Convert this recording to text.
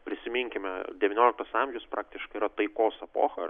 prisiminkime devynioliktas amžiaus praktiškai yra taikos epocha